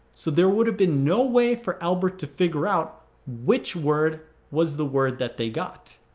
so there would have been no way for albert to figure out which word was the word that they got.